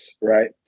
right